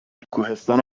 کوهستان